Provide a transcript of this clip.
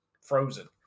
frozen